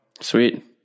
Sweet